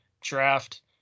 draft